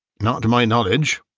not to my knowledge,